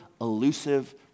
elusive